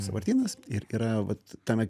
sąvartynas ir yra vat tame